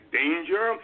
danger